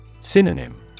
Synonym